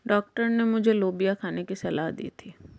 doctor ने मुझे लोबिया खाने की सलाह दी थी